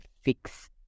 fix